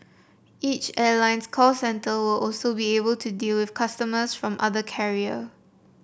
each airline's call centre will also be able to deal with customers from the other carrier